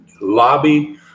lobby